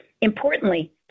Importantly